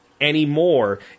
anymore